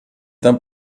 tam